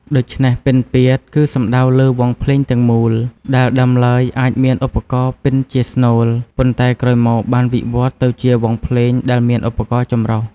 ដូច្នេះ "ពិណពាទ្យ" គឺសំដៅលើ វង់ភ្លេងទាំងមូល ដែលដើមឡើយអាចមានឧបករណ៍ពិណជាស្នូល ប៉ុន្តែក្រោយមកបានវិវត្តទៅជាវង់ភ្លេងដែលមានឧបករណ៍ចម្រុះ។